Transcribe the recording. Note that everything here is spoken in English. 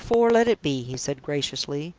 number four let it be, he said, graciously.